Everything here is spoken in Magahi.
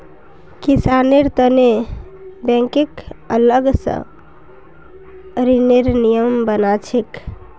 किसानेर तने बैंकक अलग स ऋनेर नियम बना छेक